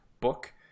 book